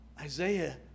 Isaiah